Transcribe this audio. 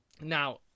Now